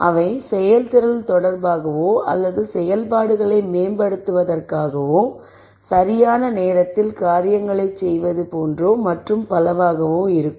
அவை செயல்திறன் தொடர்பாகவோ அல்லது செயல்பாடுகளை மேம்படுத்துவதற்காகவோ சரியான நேரத்தில் காரியங்களைச் செய்வது போன்றோ மற்றும் பலவாகவோ இருக்கும்